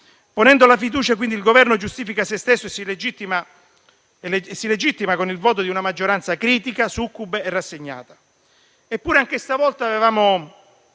Ponendo la fiducia quindi il Governo giustifica se stesso e si legittima con il voto di una maggioranza critica, succube e rassegnata. Eppure anche stavolta avevamo